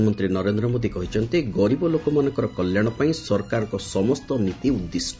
ପ୍ରଧାନମନ୍ତ୍ରୀ ନରେନ୍ଦ୍ର ମୋଦି କହିଛନ୍ତି ଗରିବ ଲୋକମାନଙ୍କର କଲ୍ୟାଣ ପାଇଁ ସରକାରଙ୍କ ସମସ୍ତ ନୀତି ଉଦ୍ଦିଷ୍ଟ